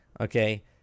okay